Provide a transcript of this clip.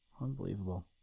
Unbelievable